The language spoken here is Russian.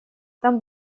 там